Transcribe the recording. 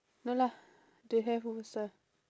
no lah they have